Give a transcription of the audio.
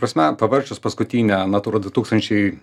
prasme pavarčius paskutinę natura du tūkstančiai